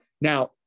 Now